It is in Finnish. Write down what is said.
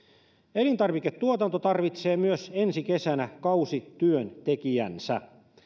elintarviketuotanto tarvitsee myös ensi kesänä kausityöntekijänsä